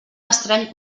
estrany